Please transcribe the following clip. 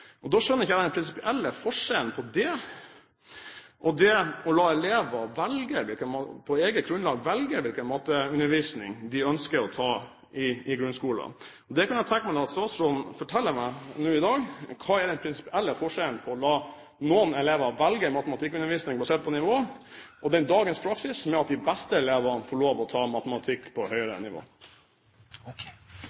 Da skjønner ikke jeg den prinsipielle forskjellen på det og det å la elever på eget grunnlag velge hvilken matteundervisning de ønsker å ta i grunnskolen. Det kan jeg tenke meg å la statsråden fortelle meg nå i dag. Hva er den prinsipielle forskjellen på å la noen elever velge matematikkundervisning på sitt nivå, og dagens praksis med at de beste elevene får lov til å ta matematikk på